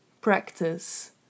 practice